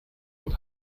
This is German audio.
und